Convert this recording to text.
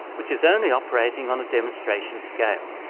which is only operating on a demonstration scale.